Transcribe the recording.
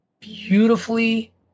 beautifully